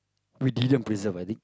we didn't preserve I think